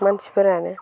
मानसिफोरानो